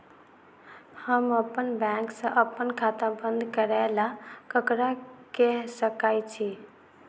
हम अप्पन बैंक सऽ अप्पन खाता बंद करै ला ककरा केह सकाई छी?